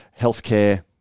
healthcare